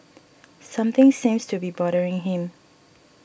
something seems to be bothering him